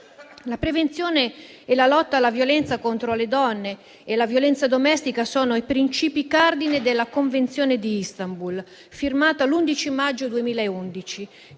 La prevenzione e la lotta alla violenza contro le donne e la violenza domestica sono i principi cardine della Convenzione di Istanbul, firmata l'11 maggio 2011,